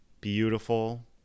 Beautiful